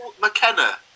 McKenna